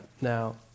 Now